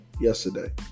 yesterday